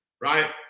right